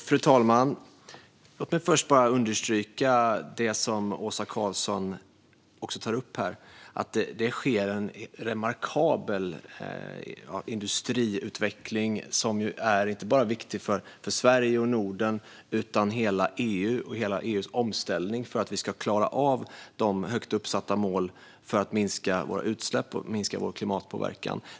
Fru talman! Låt mig först bara understryka det som Åsa Karlsson tar upp här: att det sker en remarkabel industriutveckling som inte bara är viktig för Sverige och Norden utan också för hela EU och för hela EU:s omställning - för att vi ska klara av de högt uppsatta målen när det gäller att minska våra utsläpp och minska vår klimatpåverkan.